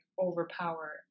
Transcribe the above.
overpower